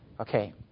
Okay